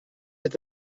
est